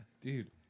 dude